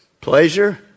pleasure